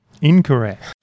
Incorrect